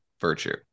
virtue